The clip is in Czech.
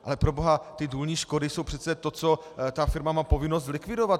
Ale proboha, ty důlní škody jsou přece to, co ta firma má povinnost zlikvidovat!